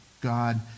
God